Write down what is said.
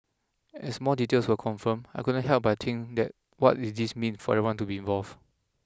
as more details were confirmed I couldn't help but think that what is this mean for everyone to be involved